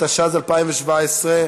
התשע"ז 2017,